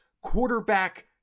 quarterback